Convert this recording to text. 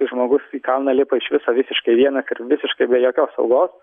kai žmogus į kalną lipa iš viso visiškai vienas ir visiškai be jokios saugos